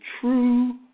true